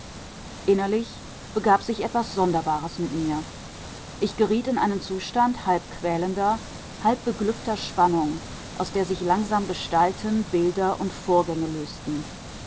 innerlich begab sich etwas sonderbares mit mir ich geriet in einen zustand halb quälender halb beglückter spannung aus der sich langsam gestalten bilder und vorgänge lösten